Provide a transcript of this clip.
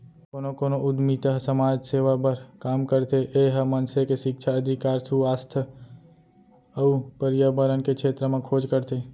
कोनो कोनो उद्यमिता ह समाज सेवा बर काम करथे ए ह मनसे के सिक्छा, अधिकार, सुवास्थ अउ परयाबरन के छेत्र म खोज करथे